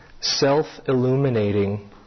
self-illuminating